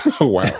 Wow